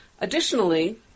Additionally